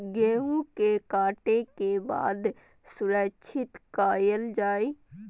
गेहूँ के काटे के बाद सुरक्षित कायल जाय?